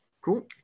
Cool